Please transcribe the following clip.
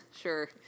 sure